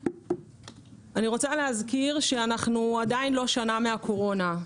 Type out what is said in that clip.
אני מזכירה שאנחנו עדיין לא שנה מהקורונה.